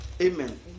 amen